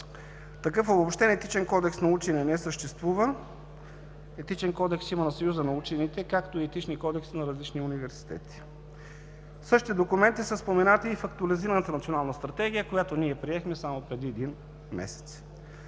такъв обобщен Етичен кодекс на учения не съществува. Етичен кодекс има на Съюза на учените, както и Етичен кодекс на различни университети. Същите документи са споменати и в Актуализираната Национална стратегия, която приехме само преди един месец.